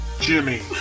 Jimmy